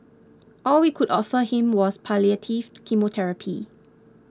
all we could offer him was palliative chemotherapy